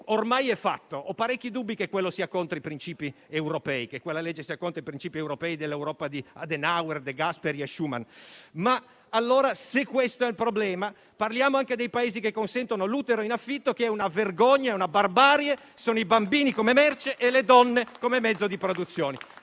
ormai è fatta; ho parecchi dubbi però che quella legge sia contro i principi europei, dell'Europa di Adenauer, De Gasperi e Schumann. Ma allora, se questo è il problema, parliamo anche dei Paesi che consentono l'utero in affitto, che è una vergogna e una barbarie, in cui i bambini sono una merce e le donne un mezzo di produzione.